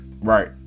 Right